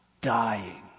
dying